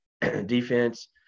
defense